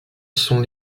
sont